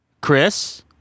chris